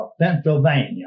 Pennsylvania